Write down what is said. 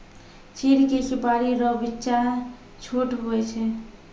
चीड़ के सुपाड़ी रो बिच्चा छोट हुवै छै